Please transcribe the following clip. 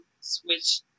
switch